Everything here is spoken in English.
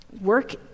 work